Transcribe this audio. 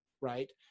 right